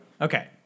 Okay